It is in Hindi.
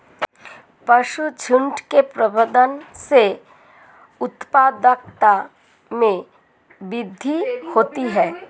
पशुझुण्ड के प्रबंधन से उत्पादकता में वृद्धि होती है